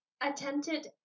attempted